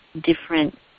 different